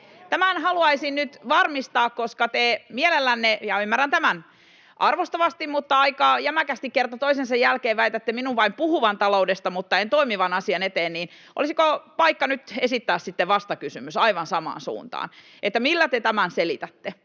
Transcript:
Tämän haluaisin nyt varmistaa, koska te mielellänne — ymmärrän tämän — ja arvostavasti mutta aika jämäkästi kerta toisensa jälkeen väitätte minun vain puhuvan taloudesta mutta en toimivan asian eteen, niin olisiko nyt paikka esittää vastakysymys aivan samaan suuntaan: millä te selitätte